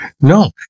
No